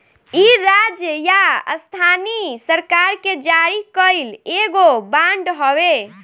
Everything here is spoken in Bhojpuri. इ राज्य या स्थानीय सरकार के जारी कईल एगो बांड हवे